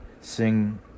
sing